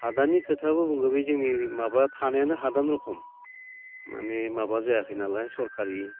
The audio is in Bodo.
हादाननि खोथाबो बुङो बे जोंनि माबा थानायानो हादान रखम मानि माबा जायाखैनालाय सरखारि